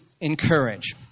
encourage